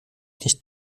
nicht